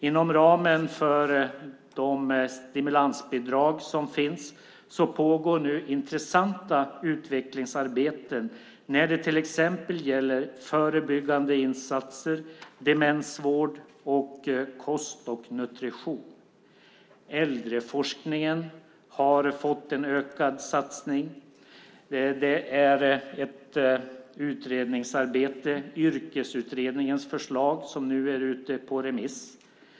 Inom ramen för de stimulansbidrag som finns pågår nu intressanta utvecklingsarbeten, till exempel när det gäller förebyggande insatser, demensvård och kost och nutrition. Äldreforskningen har fått en ökad satsning. Det är ett utredningsarbete. Yrkesutredningens förslag är nu ute på remiss.